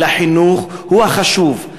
של החינוך הוא החשוב,